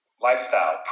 lifestyle